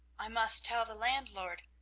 i must tell the landlord.